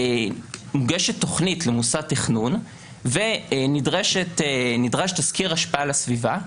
מוגשת תוכנית למוסד תכנון ונדרש תסקיר השפעה על הסביבה,